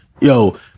yo